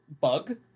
bug